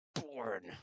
born